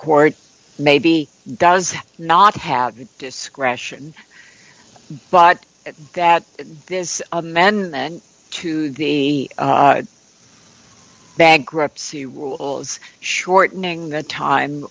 court maybe does not have the discretion but that this amendment to the bankruptcy rules shortening the time